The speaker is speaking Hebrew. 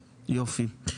יופי.